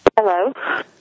Hello